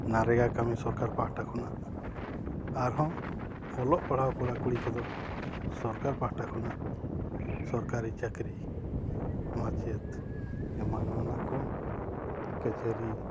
ᱱᱟᱨᱮᱭᱟ ᱠᱟᱹᱢᱤ ᱥᱚᱨᱠᱟᱨ ᱯᱟᱦᱟᱴᱟ ᱠᱷᱚᱱᱟᱜ ᱟᱨᱦᱚᱸ ᱚᱞᱚᱜ ᱯᱟᱲᱦᱟᱣ ᱠᱚᱲᱟ ᱠᱩᱲᱤ ᱠᱚᱫᱚ ᱥᱚᱨᱠᱟᱨ ᱯᱟᱦᱟᱴᱟ ᱠᱷᱚᱱᱟᱜ ᱥᱚᱨᱠᱟᱨᱤ ᱪᱟᱹᱠᱨᱤ ᱢᱟᱪᱮᱫ ᱮᱢᱟᱱ ᱮᱢᱟᱱᱟᱜ ᱠᱚ ᱠᱟᱹᱪᱷᱟᱹᱨᱤ